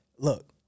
Look